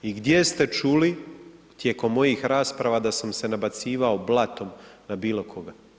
I gdje ste čuli tijekom mojih rasprava da sam se nabacivao blatom na bilo koga?